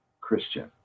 Christian